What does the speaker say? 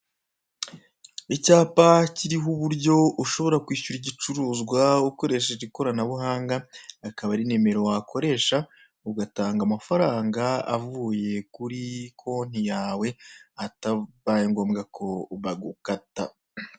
Icyapa kiriho uburyo ushobora kwisyura gicuruzwa ukoresheje ikoranabuhanga, akaba ari nimero wakoresha ugatanga amafaranga avuye kuri konti yawe, atabaye ngombwa ko bagukata.